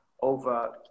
over